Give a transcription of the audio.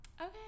okay